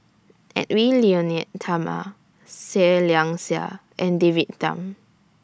Edwy Lyonet Talma Seah Liang Seah and David Tham